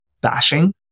bashing